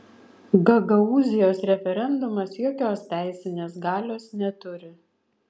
gagaūzijos referendumas jokios teisinės galios neturi